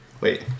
Wait